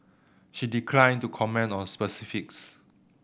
she declined to comment on specifics